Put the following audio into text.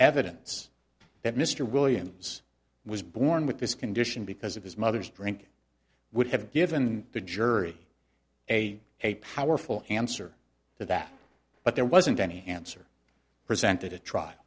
evidence that mr williams was born with this condition because of his mother's drinking would have given the jury a a powerful answer to that but there wasn't any answer presented a tr